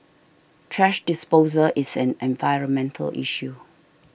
thrash disposal is an environmental issue